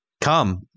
come